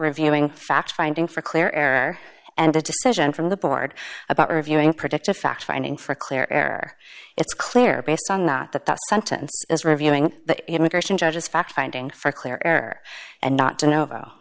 reviewing fact finding for clear air and a decision from the board about reviewing predict a fact finding for clear air it's clear based on that that the sentence is reviewing the immigration judges fact finding for clear error and not to know th